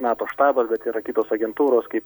nato štabas bet yra kitos agentūros kaip